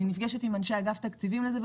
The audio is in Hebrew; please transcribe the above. אבל אני נפגשת עם אנשי אגף התקציבים והם